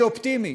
אני אופטימי,